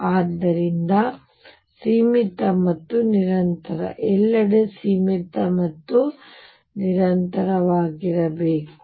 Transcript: ಆದ್ದರಿಂದ ಸೀಮಿತ ಮತ್ತು ನಿರಂತರ ಎಲ್ಲೆಡೆ ಸೀಮಿತ ಮತ್ತು ನಿರಂತರವಾಗಿರಬೇಕು